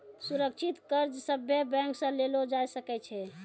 सुरक्षित कर्ज सभे बैंक से लेलो जाय सकै छै